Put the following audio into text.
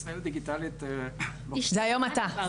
ישראל דיגיטלית זה- זה היום אתה.